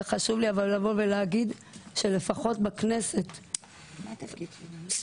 היה חשוב לי להגיד שלפחות בכנסת ישראל אולי